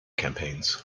campaigns